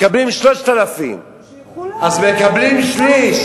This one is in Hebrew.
מקבלים 3,000. אז מקבלים שליש.